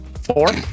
Four